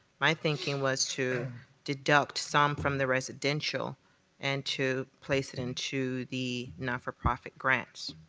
my thinking was to deduct some from the residential and to place it into the not-for-profit grants,